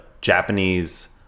japanese